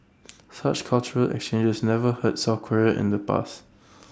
such cultural exchanges never hurt south Korea in the past